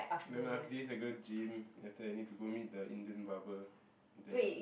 and then after this I go gym then after that I need go meet the Indian barber that